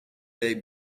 day